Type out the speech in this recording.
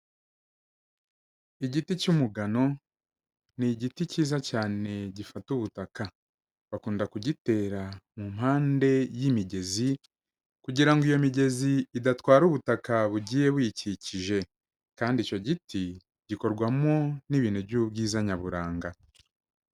Igiti cy'umugano, ni igiti cyiza cyane gifata ubutaka bakunda kugitera mu mpande y'imigezi kugirango iyo migezi idatwara ubutaka bugiye buyikikije kandi icyo giti gikorwamo n'ibintu by'ubwiza nyaburanga.